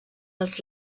els